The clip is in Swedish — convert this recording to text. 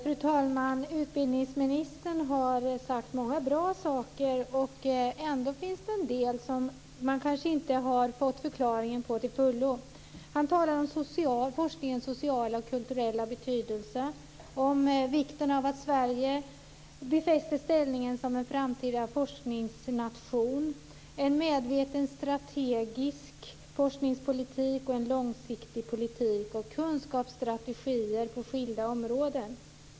Fru talman! Utbildningsministern har sagt många bra saker. Ändå finns det en del som vi kanske inte har fått en fullständig förklaring av. Han talar om forskningens sociala och kulturella betydelse, om vikten av att Sverige befäster sin ställning som en framtida forskningsnation, om en medveten strategisk forskningspolitik och en långsiktig politik och om kunskapsstrategier på skilda områden.